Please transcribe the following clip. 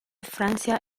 francia